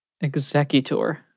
executor